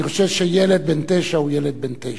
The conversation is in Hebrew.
אני חושב שילד בן תשע הוא ילד בן תשע.